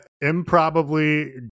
improbably